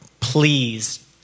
please